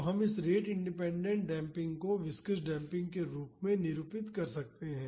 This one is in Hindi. तो हम इस रेट इंडिपेंडेंट डेम्पिंग को विस्कॉस डेम्पिंग के रूप में निरूपित कर सकते हैं